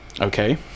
Okay